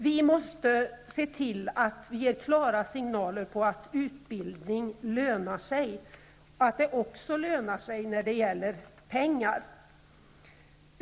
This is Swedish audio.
Vi måste ge klara signaler på att utbildning lönar sig, även när det gäller pengar.